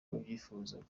babyifuzaga